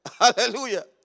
hallelujah